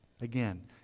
Again